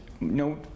no